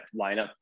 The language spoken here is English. lineup